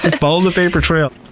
and follow the paper trail!